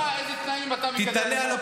בוא נשמע איזה תנאים אתה מקדם,